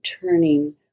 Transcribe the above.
turning